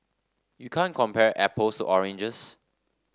you can't compare apples to oranges